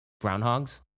groundhogs